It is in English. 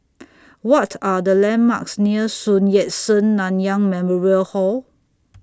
What Are The landmarks near Sun Yat Sen Nanyang Memorial Hall